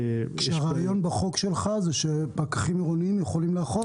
הרעיון בחוק שלך הוא שפקחים עירוניים יכולים לאכוף?